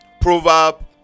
proverb